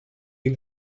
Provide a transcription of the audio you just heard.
you